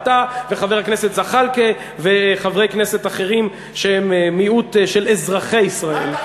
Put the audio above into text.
אתה וחבר הכנסת זחאלקה וחברי כנסת אחרים שהם מיעוט של אזרחי ישראל.